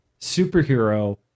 superhero